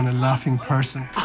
and laughing person,